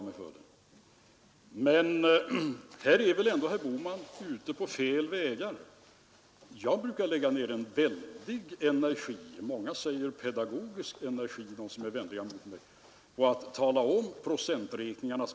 Men det är klart att man mycket väl kan sätta sig ned och fundera över vilket som är viktigast i den här svåra frågan om prioriteringar.